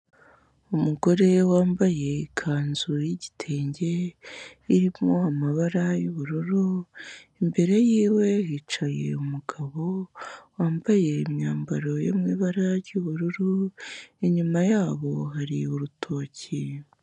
Umugore wambaye ikanzu y'igitenge, irimo amabara y'ubururu, imbere yiwe hicaye umugabo, wambaye imyambaro yo mu ibara ry'ubururu, inyuma yabo hari urutoki.